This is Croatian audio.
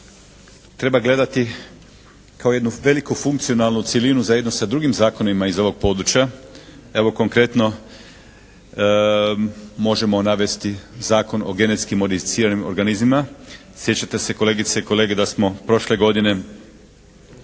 treba gledati kao jednu veliku funkcionalnu cjelinu zajedno sa drugim zakonima iz ovog područja. Evo konkretno možemo navesti Zakon o genetski modificiranim organizmima. Sjećate se kolegice i kolege, da smo prošle godine